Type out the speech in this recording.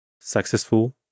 successful